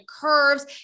curves